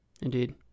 indeed